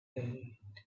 eight